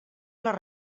les